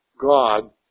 God